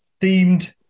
themed